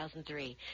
2003